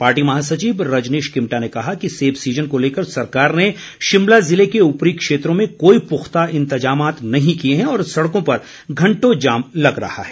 party महासचिव रजनीश किमटा ने कहा कि सेब सीज़न को लेकर सरकार ने शिमला ज़िले के ऊपरी क्षेत्रों में कोई पुख्ता इंतज़ाम नहीं किए हैं और सड़कों पर घंटों जाम लग रहा है